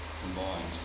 combined